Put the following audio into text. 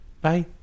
Bye